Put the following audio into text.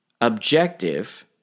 objective